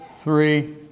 three